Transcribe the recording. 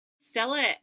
Stella